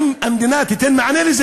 האם המדינה תיתן מענה לזה,